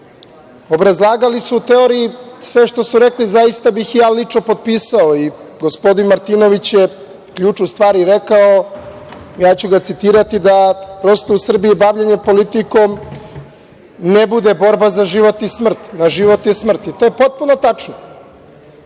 obrazlagali su u teoriji, sve što su rekli, zaista bih ja lično potpisao i gospodin Martinović je juče rekao, ja ću ga citirati, da prosto u Srbiji bavljenje politikom ne bude borba na život i smrt i to je potpuno tačno.